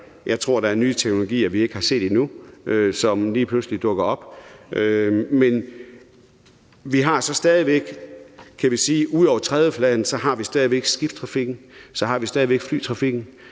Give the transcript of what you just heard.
eller der er nye teknologier, vi ikke har set endnu, som lige pludselig dukker op. Men vi har stadig væk, kan vi sige, ud over trædestenen, skibstrafikken, vi har stadigvæk flytrafikken.